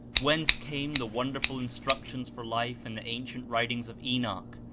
whence came the wonderful instructions for life in the ancient writings of enoch,